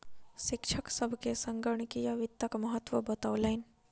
शिक्षक सभ के संगणकीय वित्तक महत्त्व बतौलैन